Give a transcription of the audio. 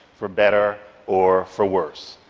for better or for worse.